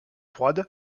froide